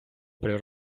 при